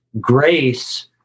grace